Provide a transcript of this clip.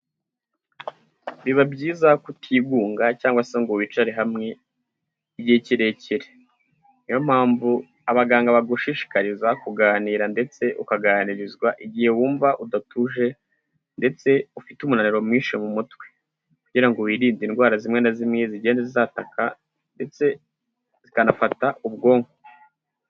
Biba byiza kutigunga cyangwa se ngo wicare hamwe igihehe kirekire, niyo mpamvu abaganga bagushishikariza kuganira ndetse ukaganirizwa igihe wumva udatuje ndetse ufite umunaniro mwinshi mu mutwe, kugira ngo wirinde indwara zimwe na zimwe zigenda zataka ndetse zikanafata ubwonko.